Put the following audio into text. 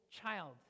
child